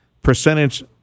percentage